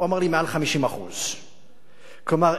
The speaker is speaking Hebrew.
הוא אמר לי: מעל 50%. כלומר,